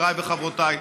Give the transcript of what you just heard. חבריי וחברותיי,